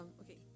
okay